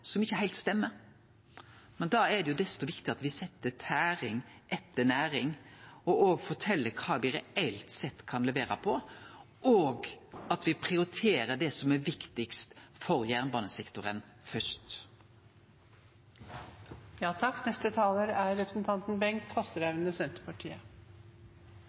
som ikkje heilt stemmer. Men da er det desto viktigare at me set tæring etter næring og fortel kva me reelt sett kan levere på, og at me prioriterer det som er viktigast for jernbanesektoren